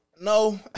No